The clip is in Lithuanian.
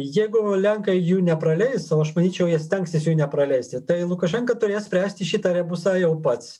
jeigu lenkai jų nepraleis o aš manyčiau jie stengsis jų nepraleisti tai lukašenka turės spręsti šitą rebusą jau pats